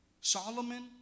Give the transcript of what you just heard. Solomon